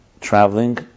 traveling